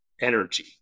energy